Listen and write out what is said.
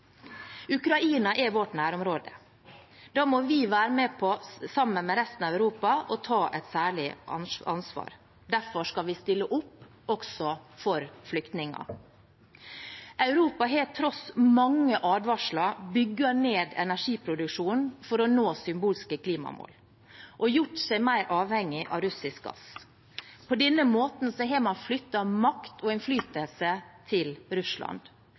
Ukraina er vårt nærområde. Da må vi, sammen med resten av Europa, være med på å ta et særlig ansvar. Derfor skal vi stille opp også for flyktninger. Europa har tross mange advarsler bygget ned energiproduksjonen for å nå symbolske klimamål og gjort seg mer avhengig av russisk gass. På denne måten har man flyttet makt og innflytelse til Russland.